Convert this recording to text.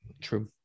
True